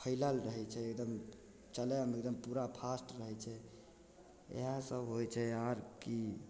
फैलल रह छै एकदम चलयमे एकदम पूरा फास्ट रहय छै इएह सब होइ छै आर की